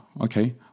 Okay